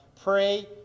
Pray